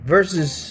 Versus